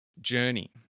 journey